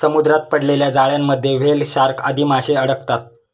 समुद्रात पडलेल्या जाळ्यांमध्ये व्हेल, शार्क आदी माशे अडकतात